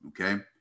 okay